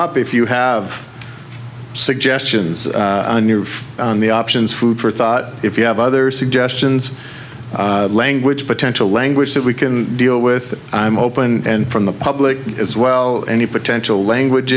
up if you have suggestions on the options food for thought if you have other suggestions language potential language that we can deal with i'm open and from the public as well any potential language